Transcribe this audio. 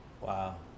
Wow